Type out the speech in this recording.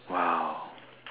!wow!